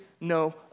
no